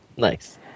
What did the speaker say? Nice